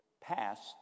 passed